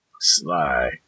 Sly